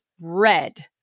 red